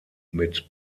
mit